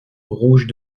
rouges